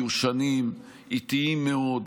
מיושנים, איטיים מאוד.